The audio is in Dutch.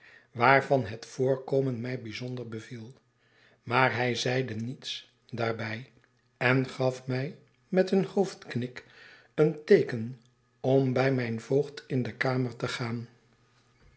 waarvan het voorkomen mij bijzonder beviel maar hij zeide niets daarbij en gaf mij met een hoofdknik een teeken om bij mijn voogd in de kamer te gaan